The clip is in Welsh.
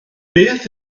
beth